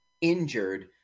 injured